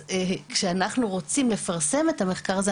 כשאנחנו רוצים לפרסם את המחקר הזה,